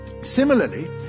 Similarly